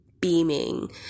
beaming